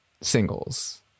singles